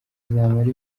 izamara